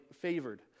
favored